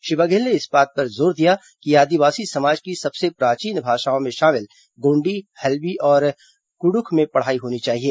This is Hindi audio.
श्री बघेल ने इस बात पर जोर दिया कि आदिवासी समाज की सबसे प्राचीन भाषाओं में शामिल गोंडी हल्बी और कुडुख में पढ़ाई होनी चाहिए